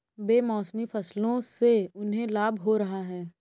बेमौसमी फसलों से उन्हें लाभ हो रहा है